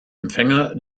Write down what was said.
empfänger